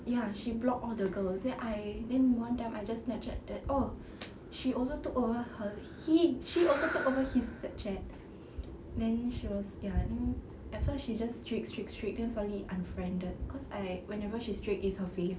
ya she block all the girls then I then one time I just snapchat that oh she also took over her he she also took over his snapchat then she was ya ni at first she just streak streak streak then suddenly unfriended cause I whenever she streak it's her face